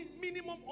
minimum